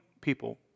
people